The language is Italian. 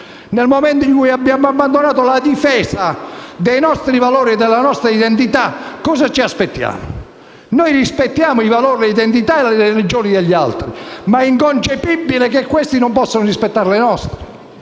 Nel momento in cui abbiamo abbandonato la difesa dei nostri valori e della nostra identità, cosa ci aspettiamo? Noi rispettiamo i valori, l'identità e la religione degli altri, ma è inconcepibile che questi non possano rispettare le nostre.